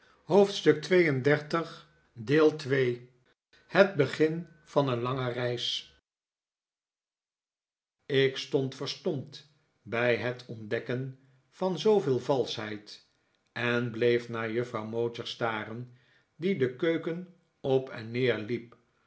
ik stond verstomd bij het ontdekken van zooveel valschheid en bleef naar juffrouw mowcher staren die de keuken op en neer liep